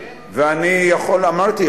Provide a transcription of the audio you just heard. ואמרתי,